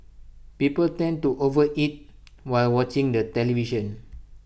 people tend to overeat while watching the television